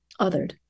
othered